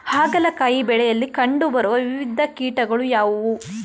ಹಾಗಲಕಾಯಿ ಬೆಳೆಯಲ್ಲಿ ಕಂಡು ಬರುವ ವಿವಿಧ ಕೀಟಗಳು ಯಾವುವು?